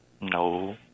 No